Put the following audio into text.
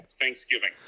Thanksgiving